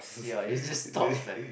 ya it just stops man